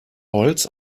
holz